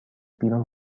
بیرون